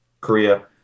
Korea